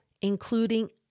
including